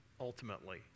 ultimately